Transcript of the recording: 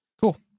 Cool